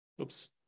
Oops